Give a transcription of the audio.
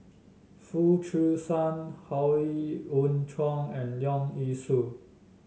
Foo Chee San Howe Yoon Chong and Leong Yee Soo